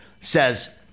says